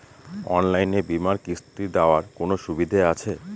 অনলাইনে বীমার কিস্তি দেওয়ার কোন সুবিধে আছে?